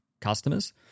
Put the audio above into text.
customers